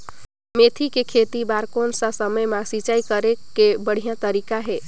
मेथी के खेती बार कोन सा समय मां सिंचाई करे के बढ़िया तारीक हे?